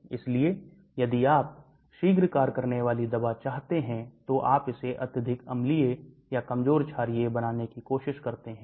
इसलिए यदि आप शीघ्र कार्य करने वाली दवा चाहते हैं तो आप इसे अत्यधिक अम्लीय या कमजोर छारीय बनाने की कोशिश करते हैं